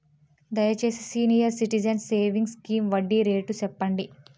దయచేసి senior citizens savings scheme వడ్డీ rate సెప్పండి